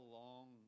long